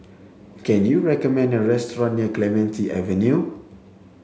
can you recommend a restaurant near Clementi Avenue